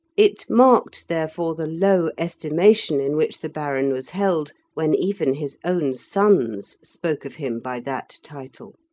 it marked, therefore, the low estimation in which the baron was held when even his own sons spoke of him by that title.